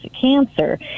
cancer